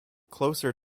closer